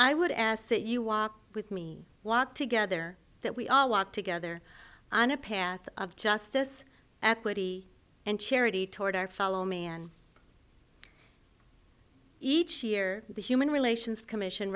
i would ask that you walk with me walk together that we all walk together on a path of justice equity and charity toward our fellow man each year the human relations commission